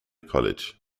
college